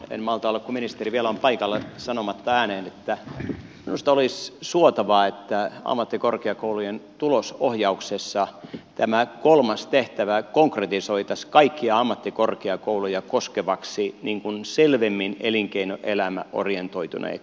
en malta olla kun ministeri vielä on paikalla sanomatta ääneen että minusta olisi suotavaa että ammattikorkeakoulujen tulosohjauksessa tämä kolmas tehtävä konkretisoitaisiin kaikkia ammattikorkeakouluja koskevaksi selvemmin elinkeinoelämäorientoituvaksi